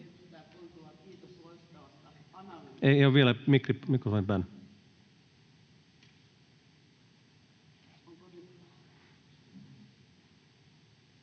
Kiitos,